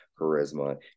Charisma